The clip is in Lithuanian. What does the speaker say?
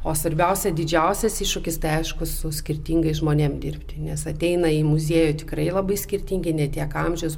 o svarbiausia didžiausias iššūkis tai aišku su skirtingais žmonėm dirbti nes ateina į muziejų tikrai labai skirtingi ne tiek amžiaus